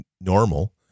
normal